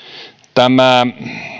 tämä